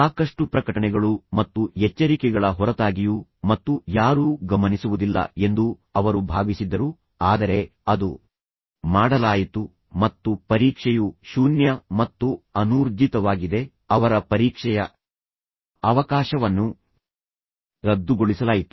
ಸಾಕಷ್ಟು ಪ್ರಕಟಣೆಗಳು ಮತ್ತು ಎಚ್ಚರಿಕೆಗಳ ಹೊರತಾಗಿಯೂ ಮತ್ತು ಯಾರೂ ಗಮನಿಸುವುದಿಲ್ಲ ಎಂದು ಅವರು ಭಾವಿಸಿದ್ದರು ಆದರೆ ಅದು ಮಾಡಲಾಯಿತು ಮತ್ತು ಪರೀಕ್ಷೆಯು ಶೂನ್ಯ ಮತ್ತು ಅನೂರ್ಜಿತವಾಗಿದೆ ಅವರ ಪರೀಕ್ಷೆಯ ಅವಕಾಶವನ್ನು ರದ್ದುಗೊಳಿಸಲಾಯಿತು